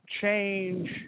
change